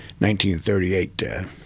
1938